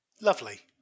Lovely